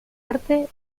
artes